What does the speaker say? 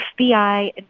FBI